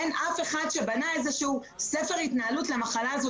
אין אף אחד שבנה איזשהו ספר התנהלות לגבי המחלה הזאת